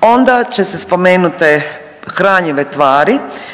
onda će se spomenute hranjive tvari